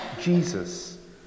Jesus